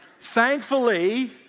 thankfully